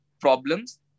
problems